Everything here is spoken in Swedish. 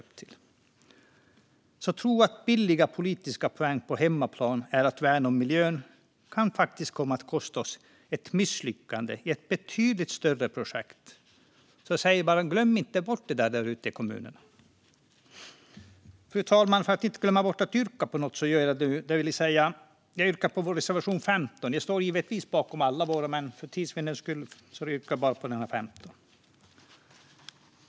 Att man tror att billiga politiska poäng på hemmaplan är att värna om miljön kan faktiskt komma att kosta oss ett misslyckande i ett betydligt större projekt. Jag säger bara: Glöm inte bort det där ute i kommunerna! Fru talman! För att inte glömma bort att yrka bifall så gör jag det nu, det vill säga yrkar bifall till vår reservation 15. Jag står givetvis bakom alla våra reservationer, men för tids vinnande yrkar jag bifall endast till den.